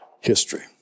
history